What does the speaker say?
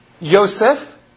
Yosef